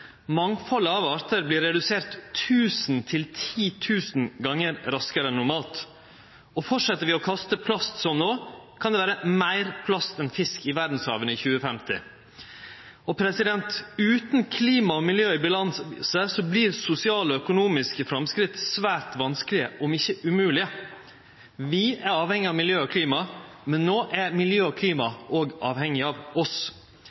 Mangfaldet av arter vert redusert 1 000–10 000 gongar raskare enn normalt. Fortset vi å kaste plast som no, kan det vere meir plast enn fisk i verdshava i 2050. Utan klimaet og miljøet i balanse vert sosiale og økonomiske framsteg svært vanskelege, om ikkje umoglege. Vi er avhengige av miljøet og klimaet, men no er miljøet og klimaet òg avhengige av oss.